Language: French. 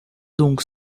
donc